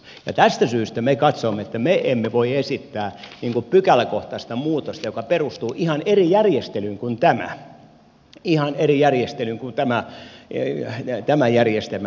ja tästä syystä me katsoimme että me emme voi esittää pykäläkohtaista muutosta joka perustuu ihan eri järjestelyyn kuin tämä ihan eri järjestelyyn kuin tämä järjestelmä tässä